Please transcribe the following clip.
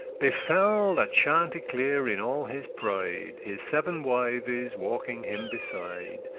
befell that chanticleer in all his pride, his seven wives walking him beside,